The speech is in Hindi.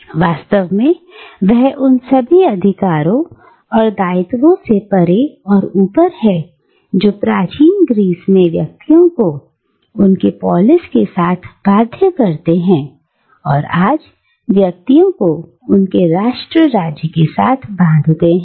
और वास्तव में वह उन सभी अधिकारों और दायित्वों से परे और ऊपर है जो प्राचीन ग्रीस में व्यक्तियों को उनके पोलिस के साथ बाध्य करते हैं और आज व्यक्तियों को उनके राष्ट्र राज्य के साथ बांधते हैं